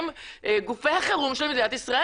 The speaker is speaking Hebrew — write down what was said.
הם גופי החרום של מדינת ישראל,